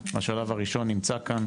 בשלב הראשון נמצא כאן.